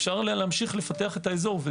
אפשר להמשיך לפתח את האזור.